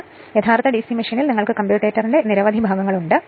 എന്നാൽ യഥാർത്ഥ ഡിസി മെഷീനിൽ നിങ്ങൾക്ക് കമ്മ്യൂട്ടേറ്ററിന്റെ നിരവധി ഭാഗങ്ങൾ ഉണ്ട്